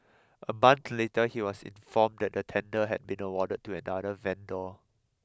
a month later he was informed that the tender had been awarded to another vendor